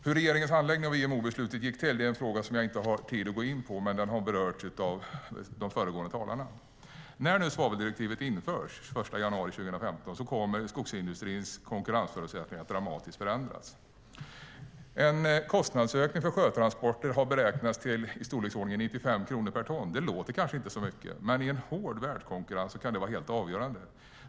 Hur regeringens handläggning av IMO-beslutet gick till har jag inte tid att gå in på, men den har berörts av föregående talare. När svaveldirektivet införs den 1 januari 2015 kommer skogsindustrins konkurrensförutsättningar att förändras dramatiskt. En kostnadsökning för sjötransporter har beräknats till ca 95 kronor per ton. Det låter kanske inte så mycket, men i en hård världskonkurrens kan det vara helt avgörande.